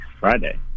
Friday